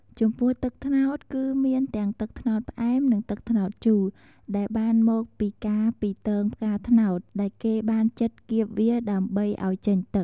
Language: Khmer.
ចំពោះទឹកត្នោត គឺមានទាំង ទឹកត្នោតផ្អែម និងទឹកត្នោតជូរ ដែលបានមកពីការពីទងផ្កាត្នោតដែលគេបានចិតគៀបវាដើម្បីឱ្យចេញទឹក។